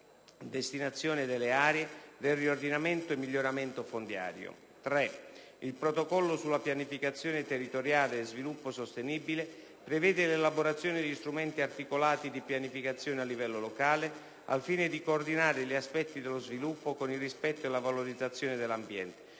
destinazione delle aree, del riordinamento e miglioramento fondiario. 3. Il Protocollo su pianificazione territoriale e sviluppo sostenibile prevede l'elaborazione di strumenti articolati di pianificazione a livello locale, al fine di coordinare gli aspetti dello sviluppo con il rispetto e la valorizzazione dell'ambiente,